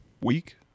week